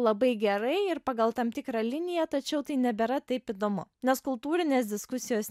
labai gerai ir pagal tam tikrą liniją tačiau tai nebėra taip įdomu nes kultūrinės diskusijos